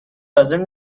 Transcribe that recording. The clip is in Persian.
لازم